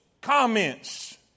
comments